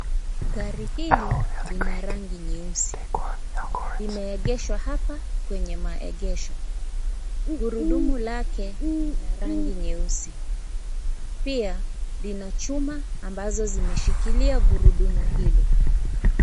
Gari hili lina rangi nyeusi limeegeshwa hapa kwenye maegesho gurudumu lake lina rangi nyeusi pia lina chuma ambazo zimeshikilia gurudumu hilo.